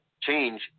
Change